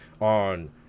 on